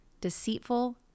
deceitful